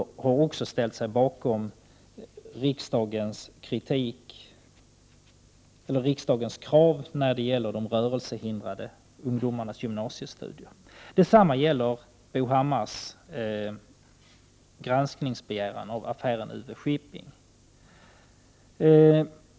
KU har också ställt sig bakom riksdagens krav när det gäller de rörelsehindrade ungdomarnas gymnasiestudier. Detsamma gäller Bo Hammars begäran om granskning av affären UV-Shipping.